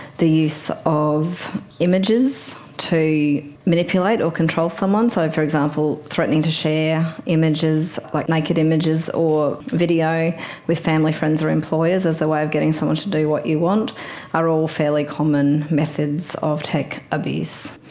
the use of images to manipulate or control someone. so, for example, threatening to share images, like naked images or video with family friends or employers as a way of getting someone to do what you want are all fairly common methods of tech abuse.